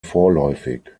vorläufig